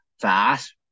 fast